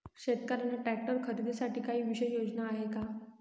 शेतकऱ्यांना ट्रॅक्टर खरीदीसाठी काही विशेष योजना आहे का?